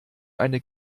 eine